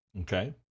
Okay